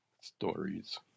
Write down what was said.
stories